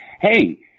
hey